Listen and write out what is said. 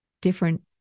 different